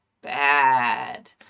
bad